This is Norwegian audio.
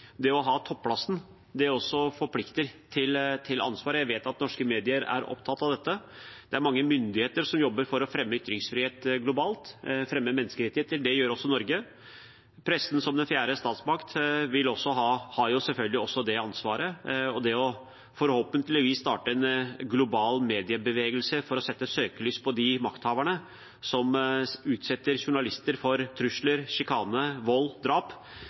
det å ha topplasseringen forplikter til ansvar. Jeg vet at norske medier er opptatt av dette. Mange myndigheter jobber for å fremme ytringsfrihet globalt, fremme menneskerettigheter. Det gjør også Norge. Pressen som den fjerde statsmakt har selvfølgelig også det ansvaret. Det å forhåpentligvis starte en global mediebevegelse for å sette søkelys på de makthaverne som utsetter journalister for trusler, sjikane, vold og drap,